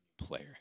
player